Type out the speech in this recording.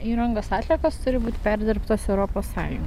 įrangos atliekos turi būti perdirbtos europos sąjungoj